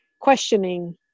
questioning